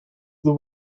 the